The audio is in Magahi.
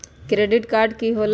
क्रेडिट कार्ड की होला?